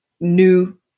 new